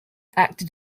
acted